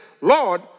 Lord